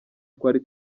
twari